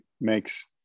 makes